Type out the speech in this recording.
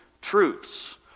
truths